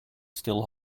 still